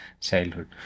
childhood